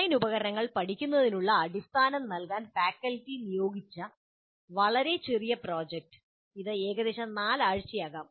design ഉപകരണങ്ങൾ പഠിക്കുന്നതിനുള്ള അടിസ്ഥാനം നൽകാൻ ഫാക്കൽറ്റി നിയോഗിച്ച വളരെ ചെറിയ പ്രോജക്റ്റ് ഇത് ഏകദേശം 4 ആഴ്ചയാകാം